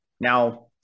now –